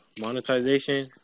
Monetization